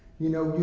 you know,